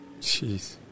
Jeez